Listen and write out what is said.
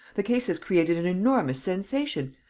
the case has created an enormous sensation.